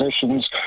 positions